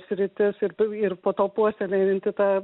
sritis ir tu ir po to puoselėjanti tą